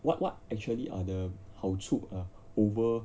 what what actually are the 好处 err over